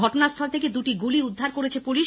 ঘটনাস্থল থেকে দুটি গুলি উদ্ধার করে পুলিশ